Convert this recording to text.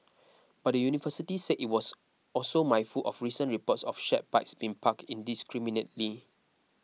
but the university said it was also mindful of recent reports of shared bikes being parked indiscriminately